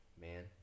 man